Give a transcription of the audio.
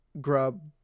grub